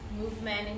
movement